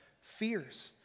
fears